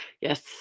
yes